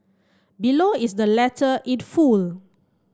below is the letter it full